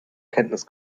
kenntnis